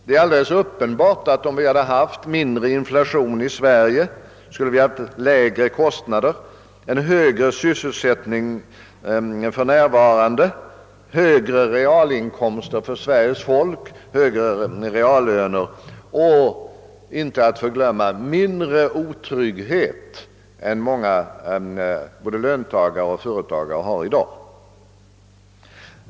Det är alldeles uppenbart att vi om mindre inflation ägt rum i Sverige skulle ha haft lägre kostnader, större sysselsättning, högre realinkomster för landet, högre reallöner och — inte att förglömma mindre otrygghet än vad många, såväl löntagare som företagare, har i dag.